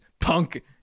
Punk